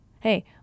Hey